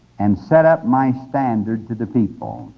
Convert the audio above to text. and set up my standard to the people.